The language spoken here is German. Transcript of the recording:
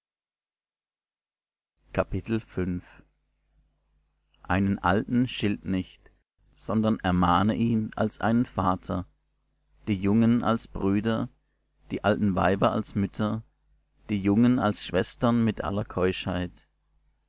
einen alten schilt nicht sondern ermahne ihn als einen vater die jungen als brüder die alten weiber als mütter die jungen als schwestern mit aller keuschheit